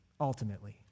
ultimately